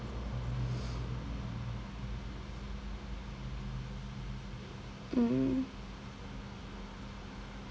mm